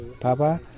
Papa